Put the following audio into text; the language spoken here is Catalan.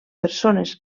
persones